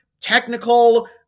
technical